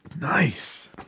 Nice